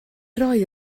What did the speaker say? roi